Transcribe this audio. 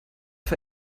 für